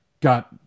got